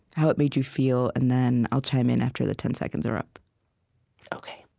how it made you feel. and then i'll chime in after the ten seconds are up ok